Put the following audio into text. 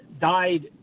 Died